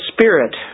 spirit